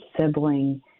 sibling